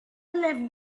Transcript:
left